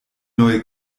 neue